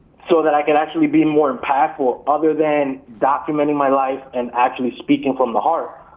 so that i can actually be more impactful, other than documenting my life and actually speaking from the heart?